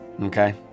Okay